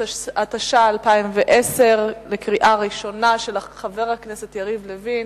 התש"ע 2010, של חבר הכנסת יריב לוין,